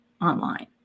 online